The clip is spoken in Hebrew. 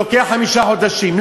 לוקח חמישה חודשים.